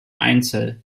einzel